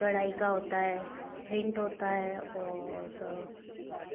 कढ़ाई का होता है प्रिंट होता है और